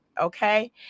okay